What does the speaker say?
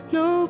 no